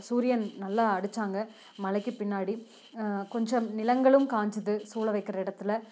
சூரியன் நல்லா அடிச்சாங்க மழைக்கு பின்னாடி கொஞ்சம் நிலங்களும் காஞ்சிது சூழ வைக்கிற இடத்தில்